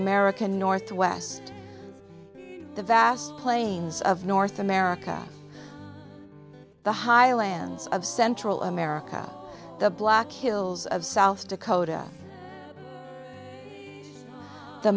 american northwest the vast plains of north america the high lands of central america the black hills of south dakota the